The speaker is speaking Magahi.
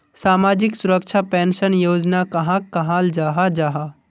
सामाजिक सुरक्षा पेंशन योजना कहाक कहाल जाहा जाहा?